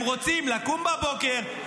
הם רוצים לקום בבוקר,